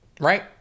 right